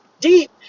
Deep